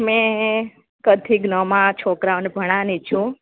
મેં ક થી જ્ઞમાં છોકરાઓને ભણાવવાની છું